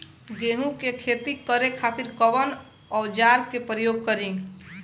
गेहूं के खेती करे खातिर कवन औजार के प्रयोग करी?